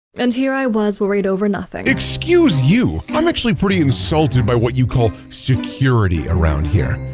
and here i was worried over nothing. excuse you! i'm actually pretty insulted by what you call security around here.